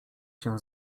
się